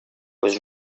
was